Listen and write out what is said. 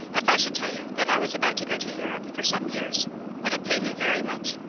if i should tell you that i was about to go to europe for some years would it pain you very much?